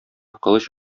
кылыч